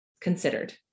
considered